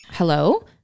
hello